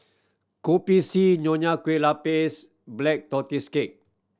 Kopi C Nonya Kueh Lapis Black Tortoise Cake